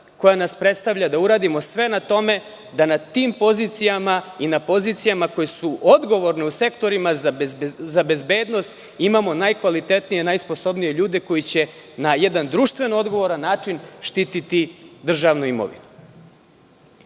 koja nas predstavlja, da uradimo sve na tome da na tim pozicijama i na pozicijama koje su odgovorne u sektorima za bezbednost imamo najkvalitetnije i najsposobnije ljude koji će na jedan društven i odgovoran način štititi državnu imovinu. Isto